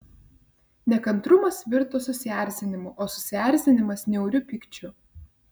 nekantrumas virto susierzinimu o susierzinimas niauriu pykčiu